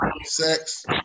Sex